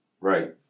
Right